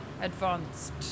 advanced